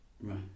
right